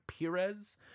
Pires